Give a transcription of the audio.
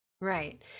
Right